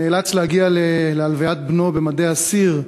נאלץ להגיע להלוויית בנו במדי אסיר.